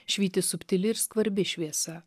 švyti subtili ir skvarbi šviesa